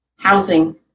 housing